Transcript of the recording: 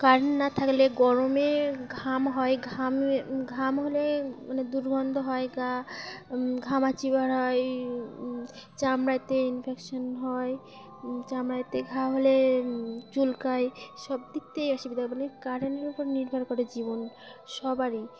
current না থাকলে গরমে ঘাম হয় ঘামে ঘাম হলে মানে দুর্গন্ধ হয় গা ঘামাচি বের হয় চামড়াতে ইনফেকশান হয় চামড়াতে ঘা হলে চুলকায় সব দিক থেকেই অসুবিধা মানে কারেন্টের উপর নির্ভর করে জীবন সবারই